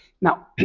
now